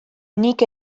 nik